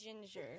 Ginger